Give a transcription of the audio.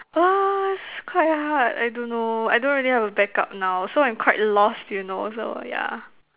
ah is quite hard I don't know I don't really have a backup now so I'm quite lost you know so yeah